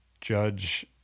judge